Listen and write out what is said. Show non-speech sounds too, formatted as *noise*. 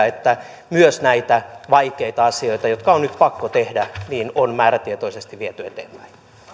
*unintelligible* että myös näitä vaikeita asioita jotka on nyt pakko tehdä on määrätietoisesti viety eteenpäin